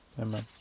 Amen